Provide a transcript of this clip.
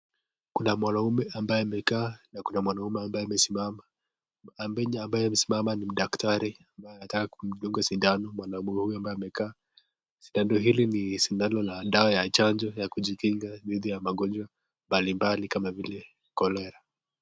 Kuna mwanaume ambaye amekaa na Kuna mwanaume ambaye amesimama. Pembeni ambaye amesimama ni daktari ambaye anataka kumdunga mwanaume huyo ambaye amekaa. Sindano hili ni sindano la dawa ya chanjo ya kujikinga dhidi ya magonjwa mbalimbali kama vile cholera.